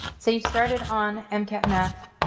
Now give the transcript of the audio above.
so you started on mcat math,